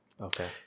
Okay